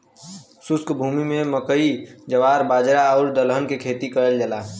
शुष्क भूमि में मकई, जवार, बाजरा आउर दलहन के खेती कयल जाला